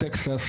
טקסס,